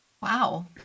Wow